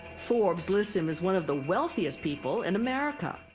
forbes lists him as one of the wealthiest people in america.